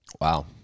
Wow